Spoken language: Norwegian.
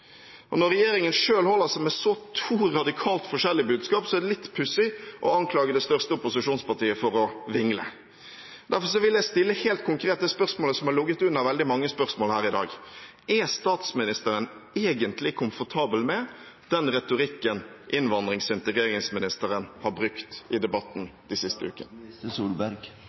Når regjeringen selv holder seg med to så radikalt forskjellige budskap, er det litt pussig å anklage det største opposisjonspartiet for å vingle. Derfor vil jeg stille helt konkret det spørsmålet som har ligget under i veldig mange spørsmål her i dag: Er statsministeren egentlig komfortabel med den retorikken innvandrings- og integreringsministeren har brukt i debatten de siste ukene?